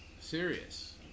Serious